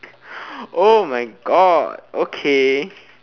oh my god okay